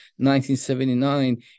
1979